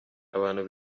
abantu